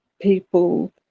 people